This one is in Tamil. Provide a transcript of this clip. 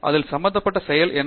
இதில் சம்பந்தப்பட்ட செயல் என்ன